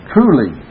Truly